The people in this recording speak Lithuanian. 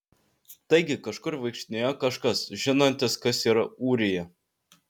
taigi kažkur vaikštinėjo kažkas žinantis kas yra ūrija